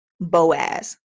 Boaz